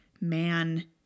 man